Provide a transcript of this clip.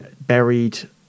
buried